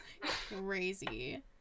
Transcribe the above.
Crazy